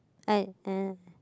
I uh